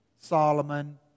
Solomon